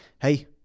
hey